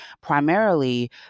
primarily